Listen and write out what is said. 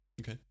Okay